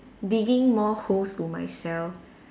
digging more holes to myself